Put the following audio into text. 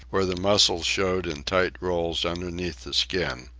where the muscles showed in tight rolls underneath the skin.